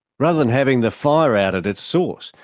rather than having the fire out at its source,